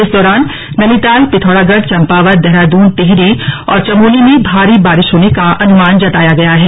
इस दौरान नैनीताल पिथौरागढ़ चंपावत देहरादून टिहरी और चमोली में भारी बारिश होने का अनुमान जताया गया है